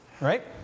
right